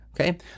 okay